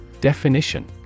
Definition